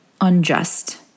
unjust